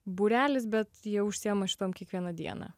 būrelis bet jie užsiema šituom kiekvieną dieną